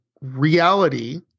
reality